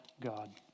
God